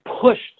pushed